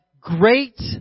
great